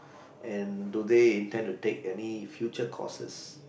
and do they intend take any future courses